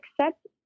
accept